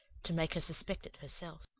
to make her suspect it herself.